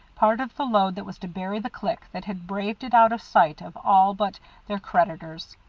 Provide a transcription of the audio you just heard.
part of the load that was to bury the clique that had braved it out of sight of all but their creditors,